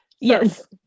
Yes